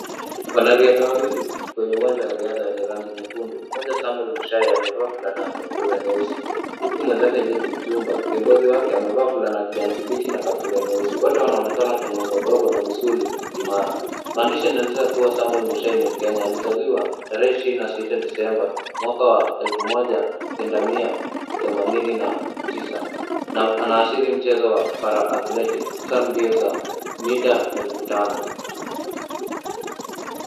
Wanariadha wawili kwenye uwanja wa riadha wenye rangi nyekundu. Mmoja Samwel Muchai amevaa fulana ya kaptula nyeusi huku mwenzake Jean Kipchumba, kiongozi wake amevaa fulana ya kijani kibichi na kaptula nyeusi. Wote wanaonekana kwenye uga ndogo na misuli imara. Maandishi yanaonyesha kuwa Samwel Muchai ni Mkenya. Alizaliwa tarehe ishirini na sita Disemba, mwaka wa elfu moja kenda mia themanini na tisa na anashiriki mchezo wa para athletics hususan mbio za mita elfu tano.